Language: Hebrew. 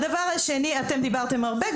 הדבר השני - אתם דיברתם הרבה,